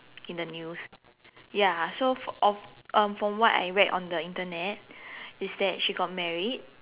in the news ya so of um from what I read on the Internet is that she got married